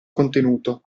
contenuto